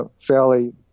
fairly